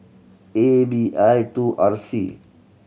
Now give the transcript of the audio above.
A B I two R C